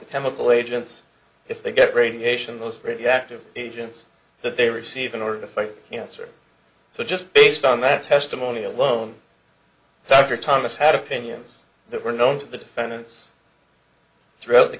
the chemical agents if they get radiation those radioactive agents that they receive in order to fight yes or so just based on that testimony alone dr thomas had opinions that were known to the defendants throughout the